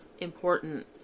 important